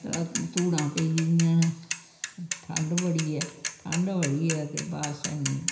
धूड़ां पेई गेदियां न ठंड बड़ी ऐ ठंड बड़ी ऐ ते बारश ऐनी